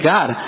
God